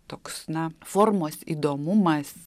toks na formos įdomumas